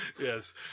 Yes